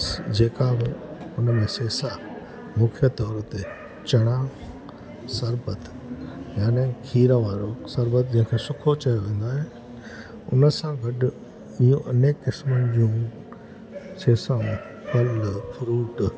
जेका बि हुन में सेसा मुख्यु तौर ते चणा शरबत यानी खीर वारो शरबत जेको सुखो चयो वेंदो आहे हुन सां गॾु इहो अनेक क़िस्मनि जूं सेसा फल फ्रूट